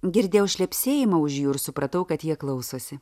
girdėjau šlepsėjimą už jų ir supratau kad jie klausosi